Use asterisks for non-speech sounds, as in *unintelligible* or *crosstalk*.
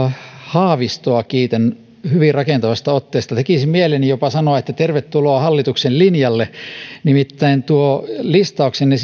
haavistoa kiitän hyvin rakentavasta otteesta tekisi mieleni jopa sanoa että tervetuloa hallituksen linjalle nimittäin se listauksenne *unintelligible*